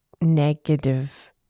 negative